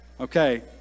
okay